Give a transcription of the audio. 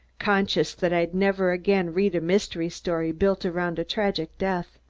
conscious that i'd never again read a mystery story built around a tragic death.